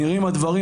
נראים הדברים,